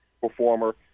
performer